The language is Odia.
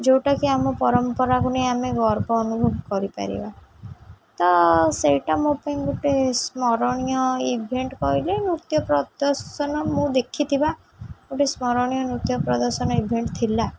ଯେଉଁଟାକି ଆମ ପରମ୍ପରାକୁ ନେଇ ଆମେ ଗର୍ବ ଅନୁଭବ କରିପାରିବା ତ ସେଇଟା ମୋ ପାଇଁ ଗୋଟେ ସ୍ମରଣୀୟ ଇଭେଣ୍ଟ୍ କହିଲେ ନୃତ୍ୟ ପ୍ରଦର୍ଶନ ମୁଁ ଦେଖିଥିବା ଗୋଟେ ସ୍ମରଣୀୟ ନୃତ୍ୟ ପ୍ରଦର୍ଶନ ଇଭେଣ୍ଟ୍ ଥିଲା